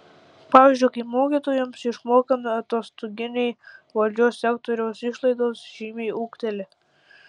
pavyzdžiui kai mokytojams išmokami atostoginiai valdžios sektoriaus išlaidos žymiai ūgteli